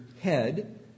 head